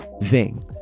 Ving